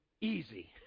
easy